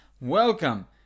Welcome